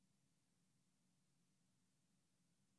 עכשיו